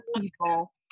people